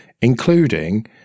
including